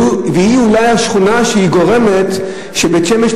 והיא אולי השכונה שגורמת לכך שבית-שמש